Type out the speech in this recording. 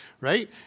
right